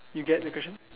you get the question